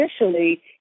initially